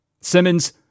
Simmons